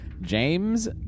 James